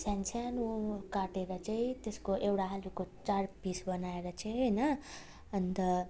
सानो सानो काटेर चाहिँ त्यसको एउटा आलुको चार पिस बनाएर चाहिँ होइन अन्त